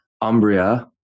Umbria